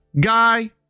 guy